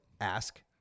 ask